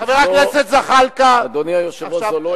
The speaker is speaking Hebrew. חבר הכנסת זחאלקה, האמת היא קשה.